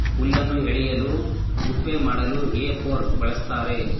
ಹುಲ್ಲನ್ನು ಎಳೆಯಲು ಗುಪ್ಪೆ ಮಾಡಲು ಹೇ ಫೋರ್ಕ್ ಬಳ್ಸತ್ತರೆ